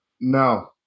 No